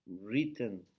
written